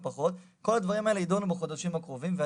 בסופו של דבר,